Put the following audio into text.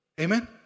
Amen